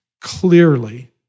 Clearly